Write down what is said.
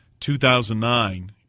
2009